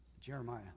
Jeremiah